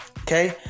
okay